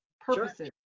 Purposes